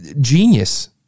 Genius